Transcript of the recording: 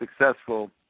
successful